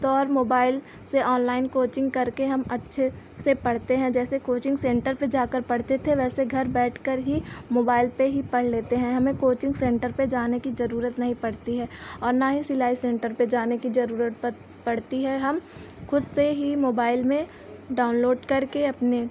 तो और मोबाइल से ऑनलाइन कोचिंग करके हम अच्छे से पढ़ते हैं जैसे कोचिंग सेन्टर पर जाकर पढ़ते थे वैसे घर बैठकर ही मोबाइल पर ही पढ़ लेते हैं हमें कोचिंग सेन्टर पर जाने की ज़रूरत नहीं पड़ती है और ना ही सिलाई सेन्टर पर जाने की ज़रूरत पड़ती है हम खुद से ही मोबाइल में डाउनलोड करके अपने